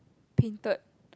painted